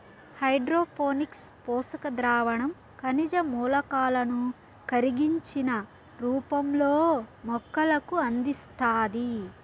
hydroponics పోషక ద్రావణం ఖనిజ మూలకాలను కరిగించిన రూపంలో మొక్కలకు అందిస్తాది